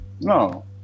no